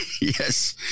yes